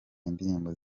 indirimbo